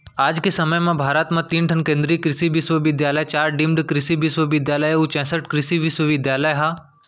आज के समे म भारत म तीन ठन केन्द्रीय कृसि बिस्वबिद्यालय, चार डीम्ड कृसि बिस्वबिद्यालय अउ चैंसठ कृसि विस्वविद्यालय ह